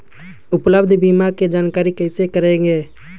उपलब्ध बीमा के जानकारी कैसे करेगे?